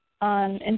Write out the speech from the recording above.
on